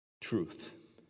truth